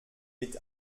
mit